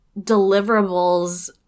deliverables